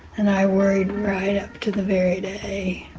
and i worried right up to the very day.